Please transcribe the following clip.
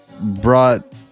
brought